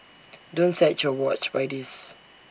don't set your watch by this